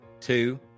two